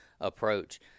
approach